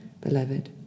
beloved